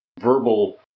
verbal